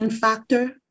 factor